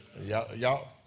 Y'all